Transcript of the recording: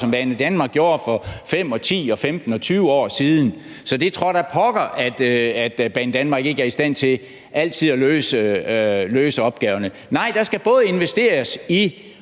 som Banedanmark gjorde for 5, 10, 15 og 20 år siden. Så det tror da pokker, at Banedanmark ikke altid er i stand til at løse opgaverne. Nej, der skal investeres i